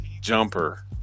jumper